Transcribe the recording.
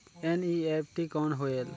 NEFT कौन होएल?